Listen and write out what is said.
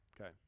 okay